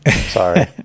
Sorry